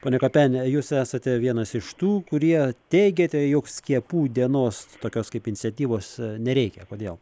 pone kapeni jūs esate vienas iš tų kurie teigiate jog skiepų dienos tokios kaip iniciatyvos nereikia kodėl